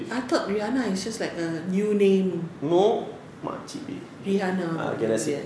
I thought rihanna is just like the new name rihanna you know that